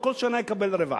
וכל שנה יקבל רווח,